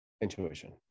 intuition